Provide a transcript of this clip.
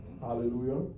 Hallelujah